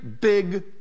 big